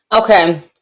Okay